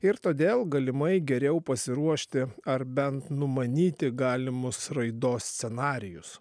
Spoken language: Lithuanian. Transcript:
ir todėl galimai geriau pasiruošti ar bent numanyti galimus raidos scenarijus